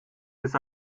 bis